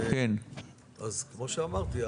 אז כמו שאמרתי,